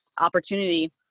opportunity